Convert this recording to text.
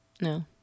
No